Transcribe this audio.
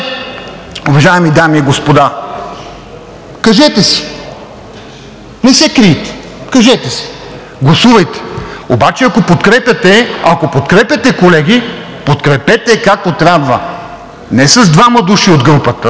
уважаеми дами и господа, кажете си. Не се крийте, кажете си, гласувайте. Обаче, ако подкрепяте, колеги, подкрепете както трябва, не с двама души от групата,